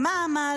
מעלים,